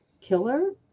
killer